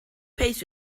pace